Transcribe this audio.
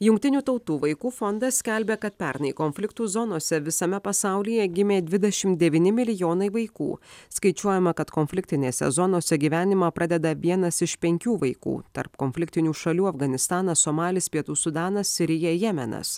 jungtinių tautų vaikų fondas skelbia kad pernai konfliktų zonose visame pasaulyje gimė dvidešim devyni milijonai vaikų skaičiuojama kad konfliktinėse zonose gyvenimą pradeda vienas iš penkių vaikų tarp konfliktinių šalių afganistanas somalis pietų sudanas sirija jemenas